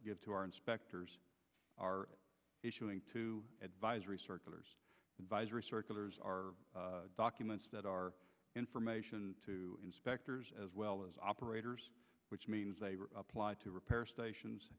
give to our inspectors are issuing two circulars advisory circulars are documents that are information to inspectors as well as operators which means they apply to repair stations